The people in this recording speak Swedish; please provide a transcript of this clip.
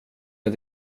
med